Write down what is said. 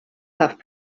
have